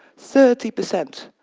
thirty percent!